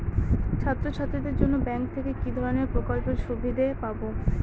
ছাত্রছাত্রীদের জন্য ব্যাঙ্ক থেকে কি ধরণের প্রকল্পের সুবিধে পাবো?